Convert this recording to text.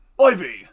Ivy